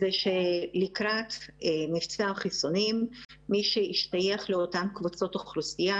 זה שלקראת מבצע החיסונים מי שישתייך לאותן קבוצות אוכלוסייה